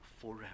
forever